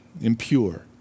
impure